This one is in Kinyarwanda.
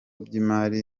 by’imari